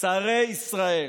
שרי ישראל,